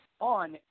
on